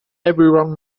everyone